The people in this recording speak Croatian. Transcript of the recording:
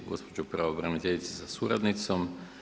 Gospođo pravobraniteljice sa suradnicom.